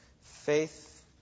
faith